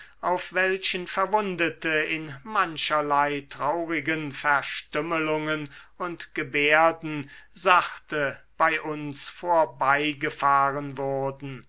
auf welchen verwundete in mancherlei traurigen verstümmelungen und gebärden sachte bei uns vorbeigefahren wurden